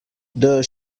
does